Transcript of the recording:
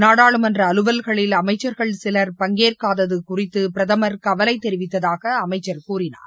நாடாளுமன்ற அலுவல்களில் அமைச்சர்கள் சிலர் பங்கேற்காதது குறித்து பிரதமர் கவலை தெரிவித்ததாக அமைச்சர் கூறினார்